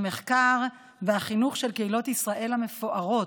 המחקר והחינוך על קהילות ישראל המפוארות,